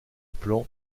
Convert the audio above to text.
plans